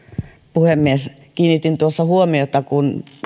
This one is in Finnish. puhemies kiinnitin huomiota kun